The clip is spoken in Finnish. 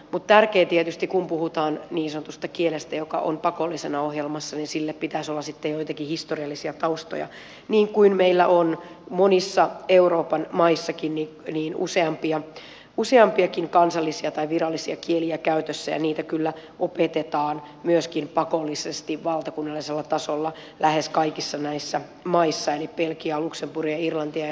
mutta tärkeää tietysti on kun puhutaan niin sanotusta kielestä joka on pakollisena ohjelmassa että sille pitäisi olla sitten joitakin historiallisia taustoja niin kuin meillä on monissa euroopan maissakin useampiakin kansallisia tai virallisia kieliä käytössä ja niitä kyllä opetetaan myöskin pakollisesti valtakunnallisella tasolla lähes kaikissa näissä maissa eli belgiaa luxemburgia irlantia ja sveitsiä ajatellen